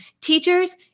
Teachers